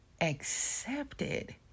accepted